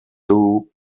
two